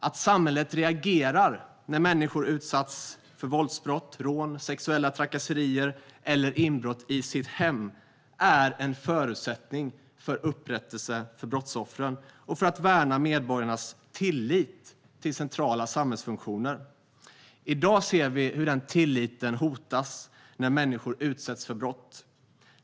Att samhället reagerar när människor utsatts för våldsbrott, rån, sexuella trakasserier eller inbrott i sitt hem är en förutsättning för upprättelse för brottsoffren och för att värna medborgarnas tillit till centrala samhällsfunktioner. I dag ser vi hur den tilliten hotas när människor utsätts för brott.